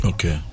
Okay